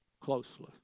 closely